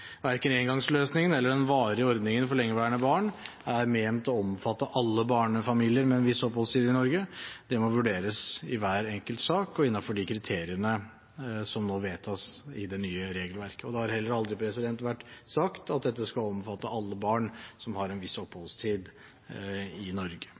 Verken engangsløsningen eller den varige ordningen for lengeværende barn er ment å omfatte alle barnefamilier med en viss oppholdstid i Norge. Det må vurderes i hver enkelt sak og innenfor de kriteriene som nå vedtas i det nye regelverket. Det har heller aldri vært sagt at dette skal omfatte alle barn som har en viss oppholdstid i Norge.